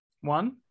One